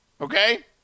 Okay